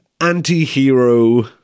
anti-hero